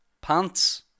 pants